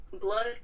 blood